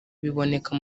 biboneka